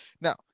Now